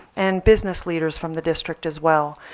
and business leaders from the district as well.